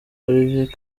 olivier